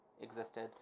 existed